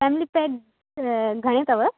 family pack घणे अथव